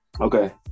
Okay